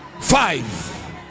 Five